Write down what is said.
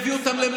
איפה אתה היית?